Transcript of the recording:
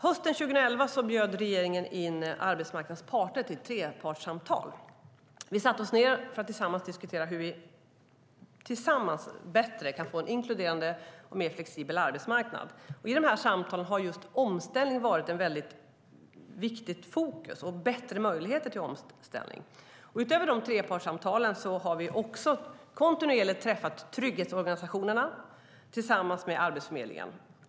Hösten 2011 bjöd regeringen in arbetsmarknadens parter till trepartssamtal. Vi satte oss ned för att diskutera hur vi tillsammans på ett bättre sätt kan få en inkluderande och mer flexibel arbetsmarknad. I dessa samtal har just omställningen, och bättre möjligheter till denna omställning, varit ett viktigt fokus. Utöver trepartssamtalen har vi kontinuerligt träffat trygghetsorganisationerna tillsammans med Arbetsförmedlingen.